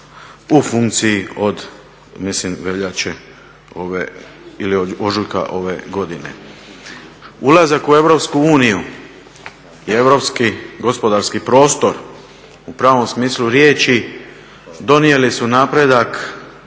u funkciji od mislim veljače ili ožujka ove godine. Ulazak u EU i europski gospodarski prostor u pravom smislu riječi donijeli su napredak